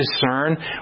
discern